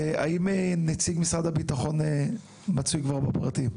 האם נציג משרד הביטחון מצוי כבר בפרטים?